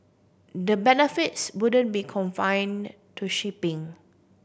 the benefits wouldn't be confined to shipping